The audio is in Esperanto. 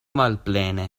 malplene